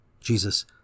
Jesus